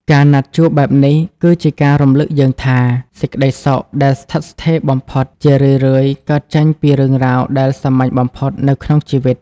ការណាត់ជួបបែបនេះ គឺជាការរំលឹកយើងថា សេចក្តីសុខដែលស្ថិតស្ថេរបំផុត ជារឿយៗកើតចេញពីរឿងរ៉ាវដែលសាមញ្ញបំផុតនៅក្នុងជីវិត។